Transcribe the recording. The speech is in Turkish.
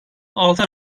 altı